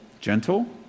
gentle